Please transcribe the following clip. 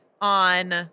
on